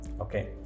okay